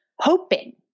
hoping